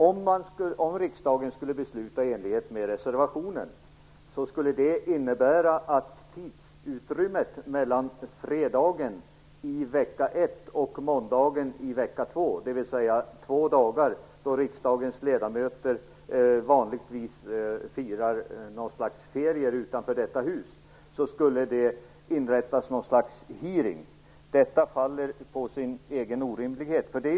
Om riksdagen skulle besluta i enlighet med reservationen skulle det innebära att i tidsutrymmet mellan fredagen i vecka ett och måndagen i vecka två, dvs. två dagar då riksdagens ledamöter vanligtvis firar något slags ferier utanför detta hus, skulle inrättas något slags hearing. Detta faller på sin egen orimlighet.